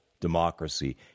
democracy